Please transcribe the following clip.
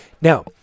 Now